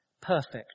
Perfect